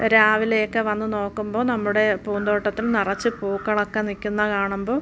രാവിലെയൊക്കെ വന്നു നോക്കുമ്പോൾ നമ്മുടെ പൂന്തോട്ടത്തിൽ നിറച്ചു പൂക്കളൊക്കെ നിൽക്കുന്നത് കാണുമ്പോൾ